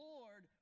Lord